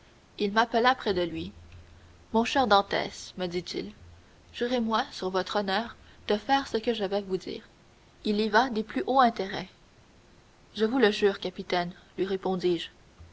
il m'appela près de lui mon cher dantès me dit-il jurez-moi sur votre honneur de faire ce que je vais vous dire il y va des plus hauts intérêts je vous le jure capitaine lui répondis-je